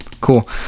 cool